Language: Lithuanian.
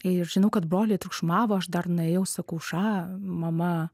ir žinau kad broliai triukšmavo aš dar nuėjau sakau ša mama